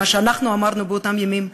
מה שאנחנו אמרנו באותם ימים.